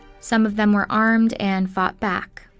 some of them were armed, and fought back.